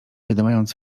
wydymając